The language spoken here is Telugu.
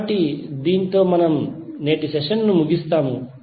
కాబట్టి దీనితో మనము నేటి సెషన్ను ముగిస్తాము